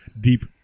deep